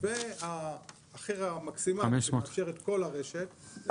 והמחיר המקסימלי שמאפשר את כל הרשת,